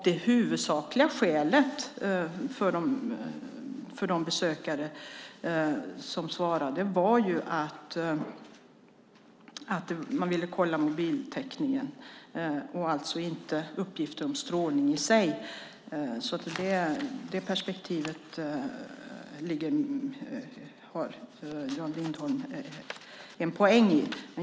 Det huvudsakliga skälet för de besökare som svarade var ju att de ville kolla mobiltäckningen och alltså inte uppgifter om strålning i sig. Det perspektivet har Jan Lindholm en poäng i.